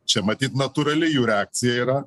čia matyt natūrali jų reakcija yra